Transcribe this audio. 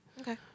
Okay